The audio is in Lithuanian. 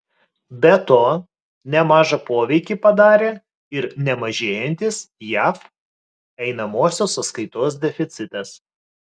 be to nemažą poveikį padarė ir nemažėjantis jav einamosios sąskaitos deficitas